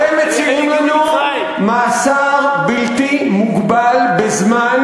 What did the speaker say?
אתם מציעים לנו מאסר בלתי מוגבל בזמן